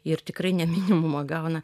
ir tikrai ne minimumą gauna